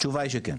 התשובה היא שכן.